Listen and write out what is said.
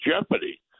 jeopardy